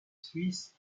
suisse